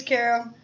Carol